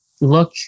look